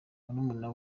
murumuna